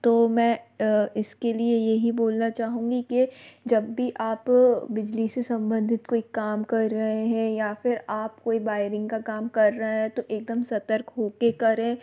तो मैं इसके लिए यही बोलना चाहूँगी कि जब भी आप बिजली से संबंधित कोई काम कर रहे हैं या फिर आप कोई बायरिंग का काम कर रहे हें तो एक दम सतर्क हो के करें